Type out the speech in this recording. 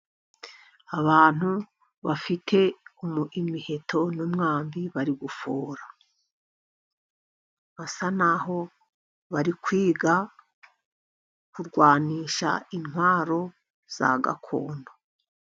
Abantu bafite imiheto n'umwambi bari gufora, bisa naho bari kwiga kurwanisha intwaro za gakondo.